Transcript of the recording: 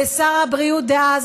לשר הבריאות דאז,